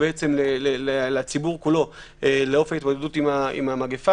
לציבור כולו באופן ההתמודדות עם המגיפה.